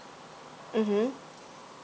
mm